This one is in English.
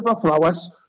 flowers